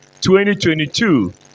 2022